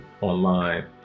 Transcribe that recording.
online